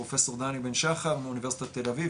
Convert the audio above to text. פרופסור דני בן שחר מאוניברסיטת תל אביב,